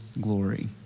glory